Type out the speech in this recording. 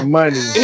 money